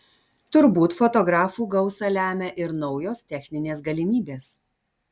turbūt fotografų gausą lemia ir naujos techninės galimybės